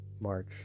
March